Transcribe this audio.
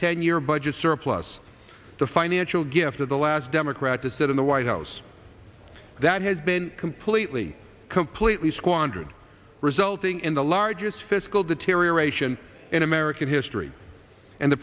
ten year budget surplus the financial gift of the last democrat to sit in the white house that has been completely completely squandered resulting in the largest fiscal deterioration in american history and the